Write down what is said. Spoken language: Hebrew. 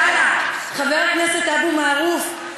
חבר הכנסת אבו מערוף.